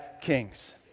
kings